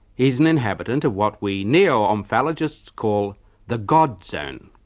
he is an inhabitant of what we neo-omphaligists call the god zone,